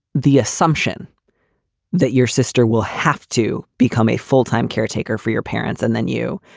the assumption that your sister will have to become a full time caretaker for your parents and then you.